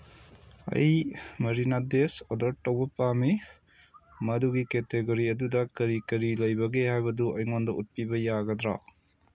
ꯑꯩ marinades order ꯇꯧꯕ ꯄꯥꯝꯃꯤ ꯃꯗꯨꯒꯤ ꯀꯦꯇꯦꯒꯣꯔꯤ ꯑꯗꯨꯗ ꯀꯔꯤ ꯀꯔꯤ ꯂꯩꯕꯒꯦ ꯍꯥꯏꯕꯗꯨ ꯑꯩꯉꯣꯟꯗ ꯎꯠꯄꯤꯕ ꯌꯥꯒꯗ꯭ꯔꯥ